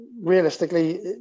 realistically